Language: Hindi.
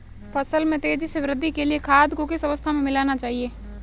फसल में तेज़ी से वृद्धि के लिए खाद को किस अवस्था में मिलाना चाहिए?